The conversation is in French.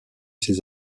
ses